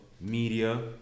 media